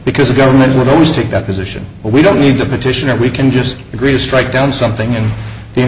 because the government will always take that position we don't need to petition or we can just agree to strike down something in the